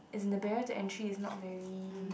is the barrier to entry is not very